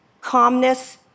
Calmness